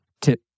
tip